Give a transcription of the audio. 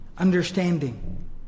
understanding